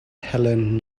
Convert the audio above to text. helen